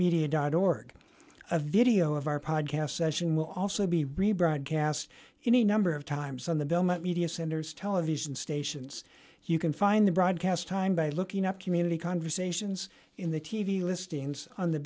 media dot org a video of our podcast session will also be rebroadcast any number of times on the belmont media centers television stations you can find the broadcast time by looking at community conversations in the t v listings on the